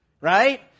right